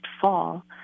fall